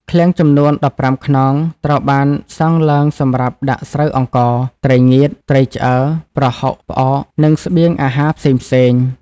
ឃ្លាំងចំនួន ១៥ ខ្នងត្រូវបានសង់ឡើងសម្រាប់ដាក់ស្រូវអង្ករ ត្រីងៀត ត្រីឆ្អើរ ប្រហុក ផ្អក និងស្បៀងអាហារផ្សេងៗ។